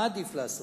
מה עדיף לעשות?